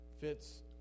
Fits